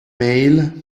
mail